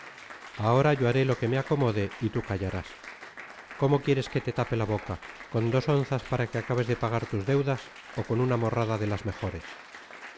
ahora ahora yo haré lo que me acomode y tú callarás cómo quieres que te tape la boca con dos onzas para que acabes de pagar tus deudas o con una morrada de las mejores